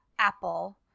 apple